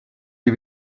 les